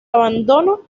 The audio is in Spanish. abandono